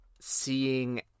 seeing